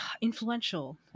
influential